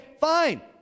fine